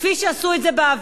כפי שעשו את זה בעבר,